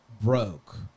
broke